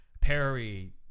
Perry